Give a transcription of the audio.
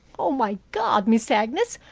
oh, my god, miss agnes,